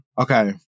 Okay